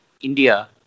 India